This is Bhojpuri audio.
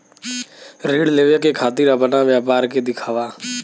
ऋण लेवे के खातिर अपना व्यापार के दिखावा?